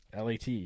LAT